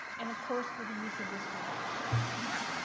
and of course, for the use of this room. so, thank you mark.